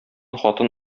хатын